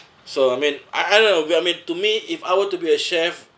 so I mean I I know we I mean to me if I were to be a chef